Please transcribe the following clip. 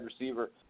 receiver